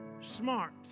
smart